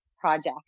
project